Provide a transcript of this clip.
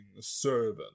servant